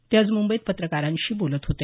ते आज मुंबईत पत्रकारांशी बोलत होते